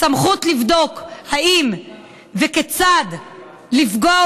הסמכות לבדוק אם וכיצד לפגוע,